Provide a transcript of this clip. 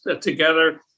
together